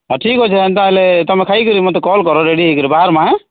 ହଁ ଠିକ ଅଛେ ଏନ୍ତା ହେଲେ ତମେ ଖାଇ କରି ମତେ କଲ୍ କର ରେଡ଼ି ହେଇକରି ବାହାରମା ଆଃ